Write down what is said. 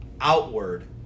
outward